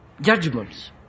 Judgments